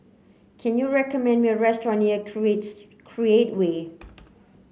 can you recommend me a restaurant near Creates Create Way